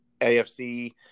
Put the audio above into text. AFC